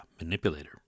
manipulator